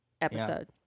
episode